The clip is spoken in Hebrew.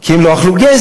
כי הם לא אכלו גזר.